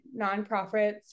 nonprofits